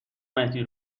مهدی